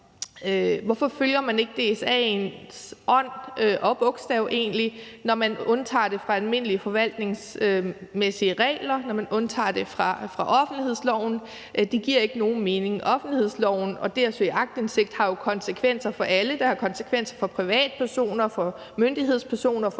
hvorfor man ikke følger DSA'ens ånd og egentlig også bogstav, når man undtager det fra almindelige forvaltningsmæssige regler, og når man undtager det fra offentlighedsloven. Det giver ikke nogen mening. Offentlighedsloven og det at søge aktindsigt har jo konsekvenser for alle. Det har konsekvenser for privatpersoner, for myndighedspersoner og